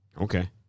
Okay